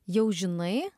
jau žinai